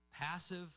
Passive